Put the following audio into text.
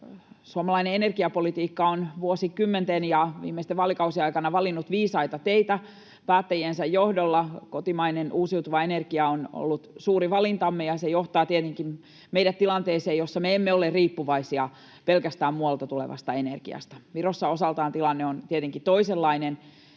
suomalainen energiapolitiikka on vuosikymmenten ja viimeisten vaalikausien aikana valinnut viisaita teitä päättäjiensä johdolla. Kotimainen uusiutuva energia on ollut suuri valintamme, ja se johtaa tietenkin meidät tilanteeseen, jossa me emme ole riippuvaisia pelkästään muualta tulevasta energiasta. Virossa osaltaan tilanne on tietenkin toisenlainen,